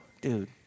Dude